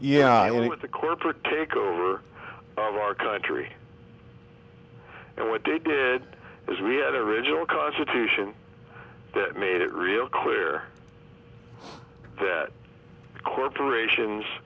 with the corporate takeover of our country and what they did is we had a original constitution that made it real clear that corporations